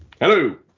Hello